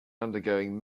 undergoing